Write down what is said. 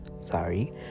sorry